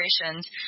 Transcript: operations